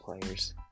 players